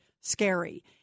scary